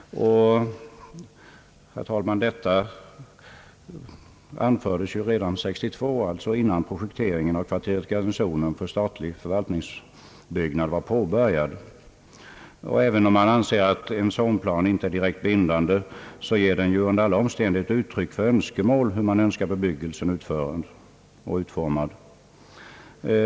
Herr talman! Detta anfördes innan projekteringen av kvarteret Garnisonen för statlig förvaltningsbyggnad var påbörjad. Även om man anser att en sådan plan inte är direkt bindande, ger den under alla omständigheter uttryck för önskemål om hur bebyggelsen skall utformas.